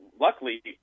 luckily